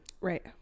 Right